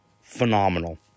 Phenomenal